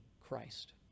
Christ